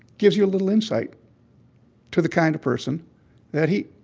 gives you a little insight to the kind of person that he